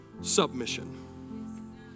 submission